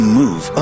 move